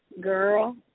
Girl